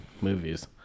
Movies